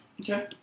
Okay